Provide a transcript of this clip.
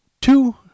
two